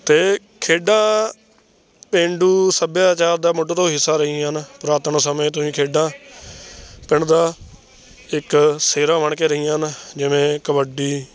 ਅਤੇ ਖੇਡਾਂ ਪੇਂਡੂ ਸੱਭਿਆਚਾਰ ਦਾ ਮੁੱਢ ਤੋਂ ਹਿੱਸਾ ਰਹੀਆਂ ਹਨ ਪੁਰਾਤਨ ਸਮੇਂ ਤੋਂ ਹੀ ਖੇਡਾਂ ਪਿੰਡ ਦਾ ਇੱਕ ਸਿਹਰਾ ਬਣ ਕੇ ਰਹੀਆਂ ਹਨ ਜਿਵੇਂ ਕਬੱਡੀ